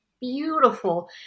beautiful